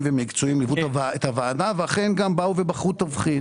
ומקצועיים ליוו את הוועדה ואכן באו ובחרו תבחין.